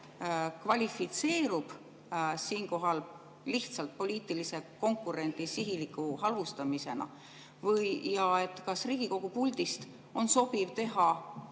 kvalifitseerub siinkohal lihtsalt poliitilise konkurendi sihiliku halvustamisena? Ja kas Riigikogu puldist on sobiv teha